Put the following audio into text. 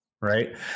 right